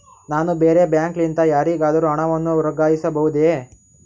ನಾನು ಬೇರೆ ಬ್ಯಾಂಕ್ ಲಿಂದ ಯಾರಿಗಾದರೂ ಹಣವನ್ನು ವರ್ಗಾಯಿಸಬಹುದೇ?